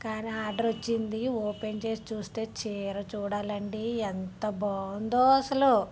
కానీ ఆర్డరు వచ్చింది ఓపెన్ చేసి చూస్తే చీర చూడాలండి ఎంత బాగుందో అస్సలు